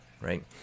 right